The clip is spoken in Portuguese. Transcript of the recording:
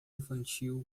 infantil